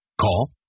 Call